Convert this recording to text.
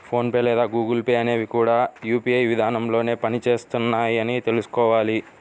phone pay లేదా Google Pay అనేవి కూడా యూ.పీ.ఐ విధానంలోనే పని చేస్తున్నాయని తెల్సుకోవాలి